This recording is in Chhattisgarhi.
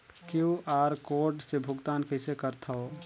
क्यू.आर कोड से भुगतान कइसे करथव?